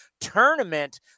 tournament